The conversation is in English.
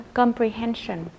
comprehension